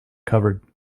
covered